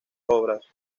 obras